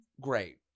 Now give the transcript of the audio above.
great